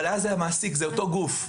אבל אז המעסיק הוא אותו גוף.